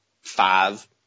five